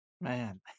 Man